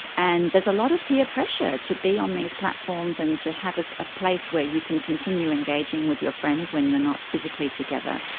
and there's a lot of peer pressure to be on these platforms and to have a place where you can continue engaging with your friends when you are not physically together.